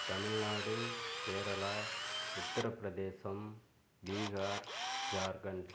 Tamil Nadu Kerala Uttarpradesh Bihar Jharkhand